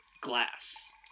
glass